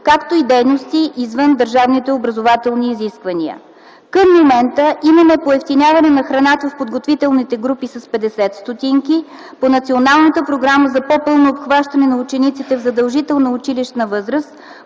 както и дейности извън държавните образователни изисквания. Към момента имаме поевтиняване на храната в подготвителните групи с 50 стотинки по Националната програма за по-пълно обхващане на учениците в задължителна училищна възраст,